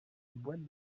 boîte